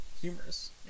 Humorous